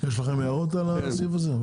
יש לכם הערות על הסעיף הזה?